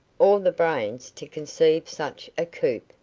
or the brains to conceive such a coup.